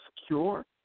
secure